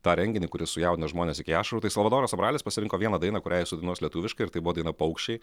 tą renginį kuris sujaudino žmones iki ašarų tai salvadoras sobralis pasirinko vieną dainą kurią jis sudainuos lietuviškai ir tai buvo daina paukščiai